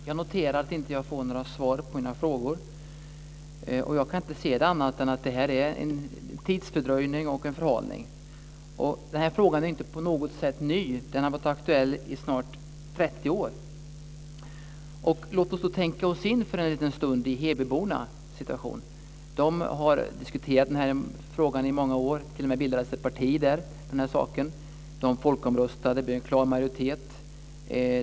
Fru talman! Jag noterar att jag inte får några svar på mina frågor. Jag kan inte se det som annat än en tidsfördröjning och en förhalning. Frågan är inte på något sätt ny. Den har varit aktuell i snart 30 år. Låt oss då för en liten stund tänka oss in i hebybornas situation. De har diskuterat frågan i många år, t.o.m. bildat ett parti i saken. De folkomröstade, och det blev en klar majoritet.